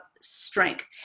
strength